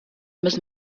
müssen